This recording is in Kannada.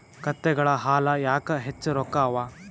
ಕತ್ತೆಗಳ ಹಾಲ ಯಾಕ ಹೆಚ್ಚ ರೊಕ್ಕ ಅವಾ?